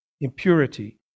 impurity